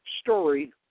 story